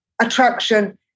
attraction